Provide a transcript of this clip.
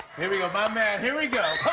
here we go. my man. here we go.